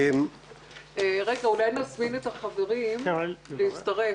רגע, אולי נזמין את החברים להצטרף?